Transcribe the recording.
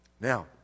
Now